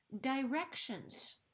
directions